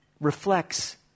reflects